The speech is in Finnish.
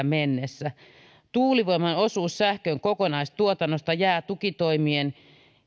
mennessä tuulivoiman osuus sähkön kokonaistuotannosta jää tukitoimien